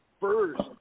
first –